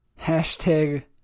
Hashtag